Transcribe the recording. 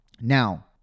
Now